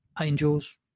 angels